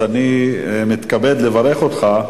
אז אני מתכבד לברך אותך,